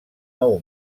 nou